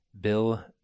Bill